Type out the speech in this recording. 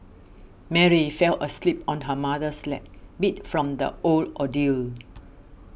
Mary fell asleep on her mother's lap beat from the whole ordeal